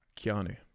Keanu